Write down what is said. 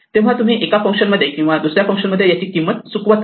तेव्हा तुम्ही एका फंक्शन मध्ये किंवा दुसऱ्या फंक्शनमध्ये याची किंमत चुकवत आहेत